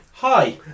Hi